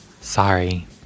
sorry